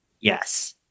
Yes